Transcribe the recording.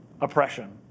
oppression